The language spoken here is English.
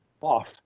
off